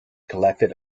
collected